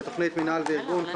הוא בתוכנית מינהל וארגון,